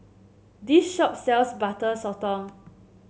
this shop sells Butter Sotong